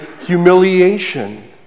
humiliation